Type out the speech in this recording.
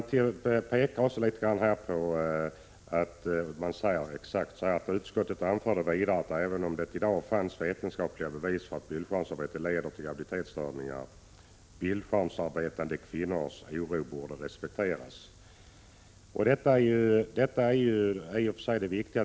Utskottet skriver: ”Utskottet anförde vidare att även om det i dag inte fanns vetenskapliga bevis för att bildskärmsarbete leder till graviditetsstörningar bildskärmsarbetande kvinnors oro borde respekteras.” Detta är ju det viktiga.